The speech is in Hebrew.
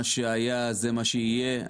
שמה שהיה זה מה שיהיה,